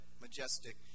Majestic